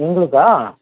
உங்களுக்காக